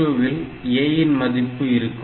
R2 வில் A ன் மதிப்பு இருக்கும்